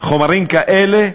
חומרים כאלה,